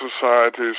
societies